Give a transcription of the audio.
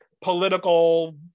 political